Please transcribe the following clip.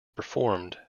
performed